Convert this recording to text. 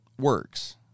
works